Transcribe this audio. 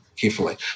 carefully